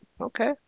Okay